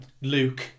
Luke